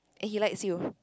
and he likes you